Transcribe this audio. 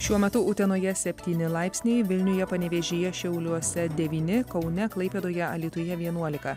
šiuo metu utenoje septyni laipsniai vilniuje panevėžyje šiauliuose devyni kaune klaipėdoje alytuje vienuolika